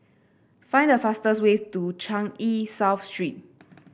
find the fastest way to Changi South Street